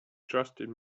trusted